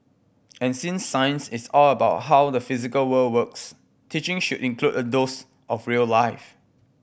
and since science is all about how the physical world works teaching should include a dose of real life